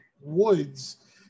Woods